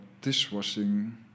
dishwashing